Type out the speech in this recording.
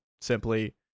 simply